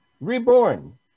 reborn